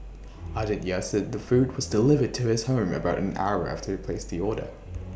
Aditya said the food was delivered to his home about an hour after he placed the order